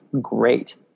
great